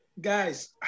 guys